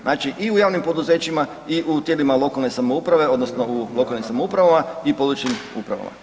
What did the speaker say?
Znači, i u javnim poduzećima i u tijelima lokalne samouprave odnosno u lokalnim samoupravama i područnim upravama.